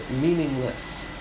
meaningless